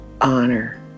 honor